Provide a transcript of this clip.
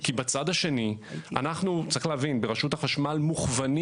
צריך להבין שאנחנו ברשות החשמל מכוונים